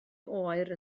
oer